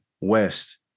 west